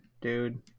dude